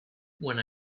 when